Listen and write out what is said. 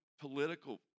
political